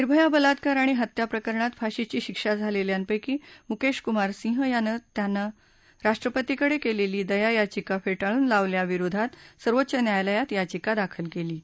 निर्भया बलात्कार आणि हत्या प्रकरणात फाशीची शिक्षा झालेल्यांपैकी मुकेश कुमार सिंह यानं त्यानं राष्ट्रपतींकडे केलेली दया याविका फेटाळून लावल्याविरोधात सर्वोच्च न्यायालयात याचिका दाखल केली आहे